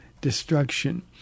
destruction